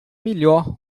melhor